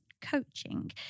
Coaching